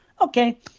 Okay